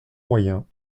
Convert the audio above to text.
moyens